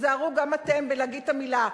תיזהרו גם אתם בלהגיד את המלה.